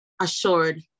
assured